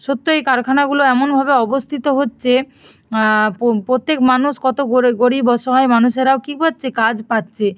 সত্য এই কারখানাগুলো এমনভাবে অবস্থিত হচ্ছে প্রত্যেক মানুষ কত গরিব অসহায় মানুষেরাও কী করছে কাজ পাচ্ছে